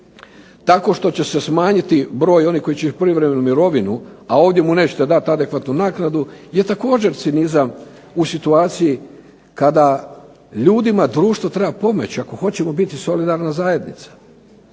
tako što će se smanjiti broj onih koji će u prijevremenu mirovinu a ovdje mu nećete dati adekvatnu naknadu je također cinizam u situaciji kada ljudima društvo treba pomoći, ako hoćemo biti solidarna zajednica.